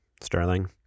Sterling